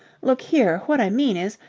look here, what i mean is,